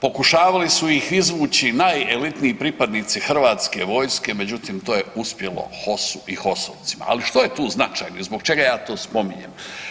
Pokušavali su iz izvući najelitniji pripadnici hrvatske vojske međutim to je uspjelo HOS-u i HOS-ovcima, ali što je tu značajno i zbog čega ja to spominjem.